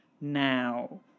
now